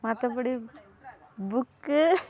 மற்றபடி புக்கு